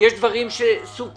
יש דברים שסוכמו